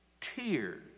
tears